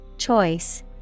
Choice